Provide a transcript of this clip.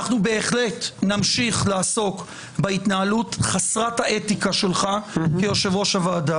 אנחנו בהחלט נמשיך לעסוק בהתנהלות חסרת האתיקה שלך כיושב-ראש הוועדה.